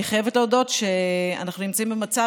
אני חייבת להודות שאנחנו נמצאים במצב